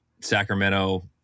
Sacramento